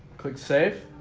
click save